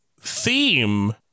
theme